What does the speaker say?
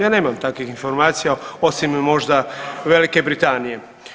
Ja nemam takvih informacija, osim možda Velike Britanije.